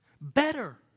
better